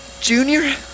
Junior